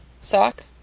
sock